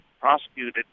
prosecuted